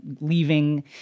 leaving